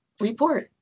report